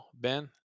Ben